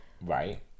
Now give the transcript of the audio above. Right